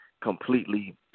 completely